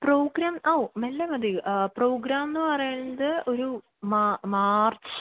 programme ഓ മെല്ലെ മതി പ്രോഗ്രാമെന്നു പറയുന്നത് ഒരു മാർച്ച്